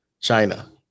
China